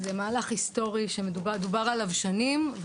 זה מהלך היסטורי שדובר עליו שנים,